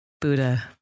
Buddha